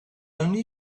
only